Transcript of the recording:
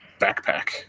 backpack